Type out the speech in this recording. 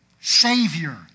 Savior